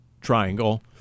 Triangle